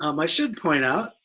um i should point out,